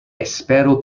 espero